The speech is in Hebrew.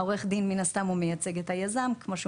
עורך הדין מן הסתם מייצג את היזם כמו שהוא